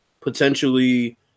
potentially